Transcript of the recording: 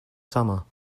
summer